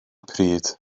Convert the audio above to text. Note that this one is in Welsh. pryd